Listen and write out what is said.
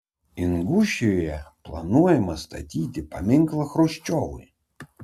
ingušijoje planuojama statyti paminklą chruščiovui